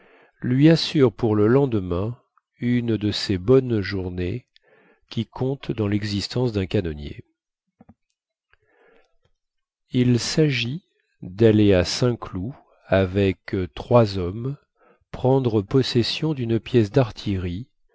lui assure pour le lendemain une de ces bonnes journées qui comptent dans lexistence dun canonnier il sagit daller à saint-cloud avec trois hommes prendre possession dune pièce dartillerie